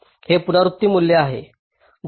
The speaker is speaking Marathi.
हे पुनरावृत्ती मूल्य आहे